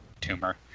tumor